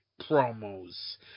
promos